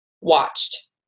watched